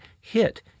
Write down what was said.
hit